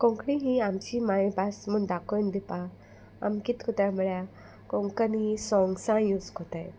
कोंकणी ही आमची मायभास म्हूण दाखोवन दिवपा आमी कित कोताय म्हळ्या कोंकनी सोंग्सां यूज कोताय